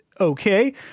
Okay